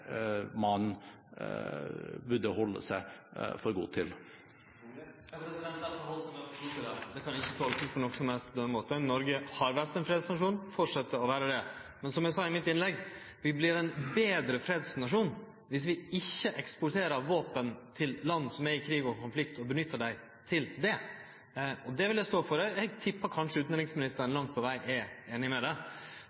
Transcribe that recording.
man burde holde seg for god til. Derfor heldt eg meg for god til det. Det kan ikkje tolkast på nokon som helst annan måte enn at Noreg har vore ein fredsnasjon og skal fortsetje å vere det. Men som eg sa i mitt innlegg: Vi vert ein betre fredsnasjon dersom vi ikkje eksporterer våpen til land som er i krig og konflikt, og nyttar dei til det. Det vil eg stå for. Eg tippar utanriksministeren kanskje